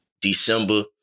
December